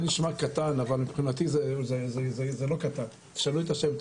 קטן, תשנו את השם.